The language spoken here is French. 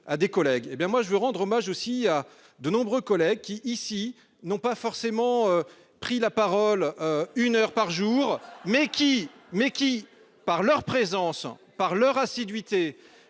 à des collègues, hé bien moi je veux rendre hommage aussi à de nombreux collègues qui ici n'ont pas forcément pris la parole. Une heure par jour mais qui mais qui, par leur présence par leur assiduité